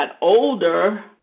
older